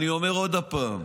אני אומר עוד הפעם,